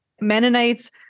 mennonites